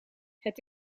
het